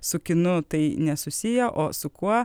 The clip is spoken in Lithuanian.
su kinu tai nesusiję o su kuo